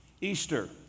Easter